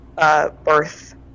birth